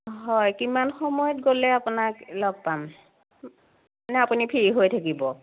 হয় কিমান সময়ত গ'লে আপোনাক লগ পাম নে আপুনি ফ্ৰী হৈ থাকিব